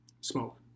Smoke